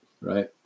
right